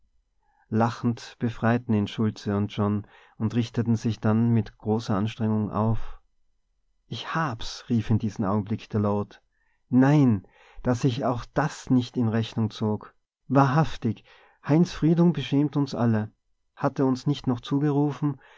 lachend befreiten ihn schultze und john und richteten ihn dann mit großer anstrengung auf ich hab's rief in diesem augenblick der lord nein daß ich auch das nicht in rechnung zog wahrhaftig heinz friedung beschämt uns alle hat er uns nicht noch zugerufen